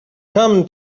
come